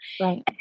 right